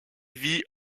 vit